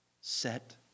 set